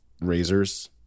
razors